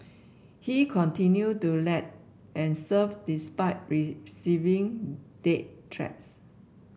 he continued to lead and serve despite receiving death threats